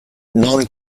non